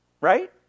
right